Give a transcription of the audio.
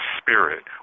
Spirit